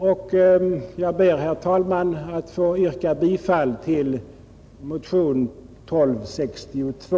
Jag ber fördenskull, herr talman, att få yrka bifall till motion 1262.